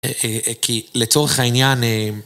כי לצורך העניין...